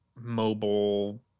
mobile